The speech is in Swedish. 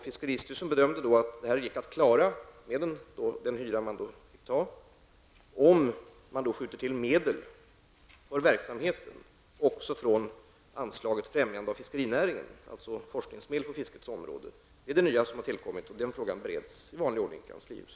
Fiskeristyrelsen bedömde då att den hyra man fick acceptera gick att klara, om medel skjuts till för verksamheten också från anslaget Främjande av fiskerinäringen, alltså forskningsmedel på fiskets område. Det är det nya som har tillkommit, och den frågan bereds i vanlig ordning i kanslihuset.